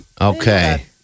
Okay